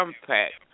impact